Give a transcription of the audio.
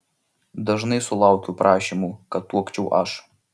dažnai sulaukiu prašymų kad tuokčiau aš